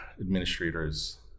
administrators